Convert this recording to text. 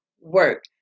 work